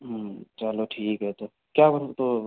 चलो ठीक है तो क्या पढ़ते हो